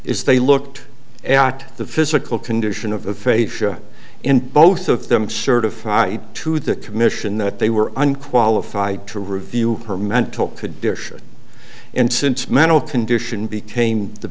is they looked at the physical condition of a facia in both of them certify to the commission that they were unqualified to review her mental could dish and since mental condition became the